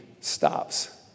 stops